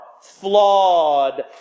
flawed